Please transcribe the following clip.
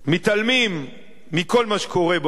מתעלמים מכל מה שקורה בעולם.